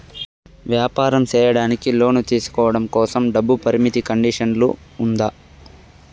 వ్యాపారం సేయడానికి లోను తీసుకోవడం కోసం, డబ్బు పరిమితి కండిషన్లు ఉందా?